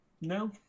no